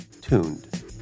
TUNED